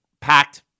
Packed